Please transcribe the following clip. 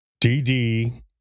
DD